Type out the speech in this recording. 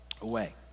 away